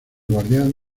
guardián